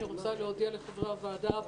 אני רוצה להודיע לחברי הוועדה,